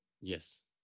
Yes